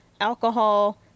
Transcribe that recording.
alcohol